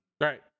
Right